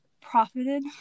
profited